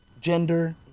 gender